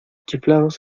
chiflados